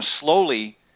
slowly